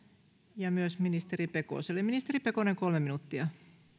ja myös ministeri pekoselle ministeri pekonen kolme minuuttia